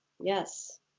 Yes